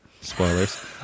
Spoilers